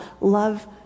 love